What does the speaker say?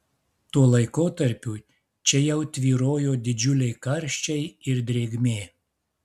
tuo laikotarpiu čia jau tvyrojo didžiuliai karščiai ir drėgmė